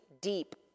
deep